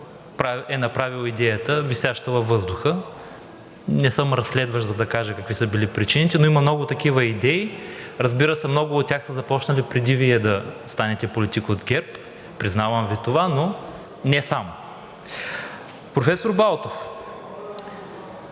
е направил идеята висяща във въздуха. Не съм разследващ, за да кажа какви са били причините, но има много такива идеи. Разбира се, много от тях са започнали преди Вие да станете политик от ГЕРБ, признавам Ви това, но и не само. Професор Балтов,